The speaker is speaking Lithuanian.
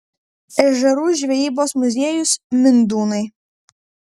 ežerų žvejybos muziejus mindūnai